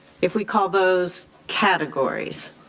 if we call those categories,